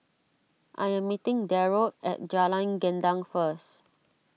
I am meeting Derald at Jalan Gendang first